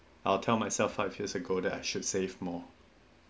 I'll tell myself five years ago that I should save more